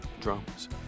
Drums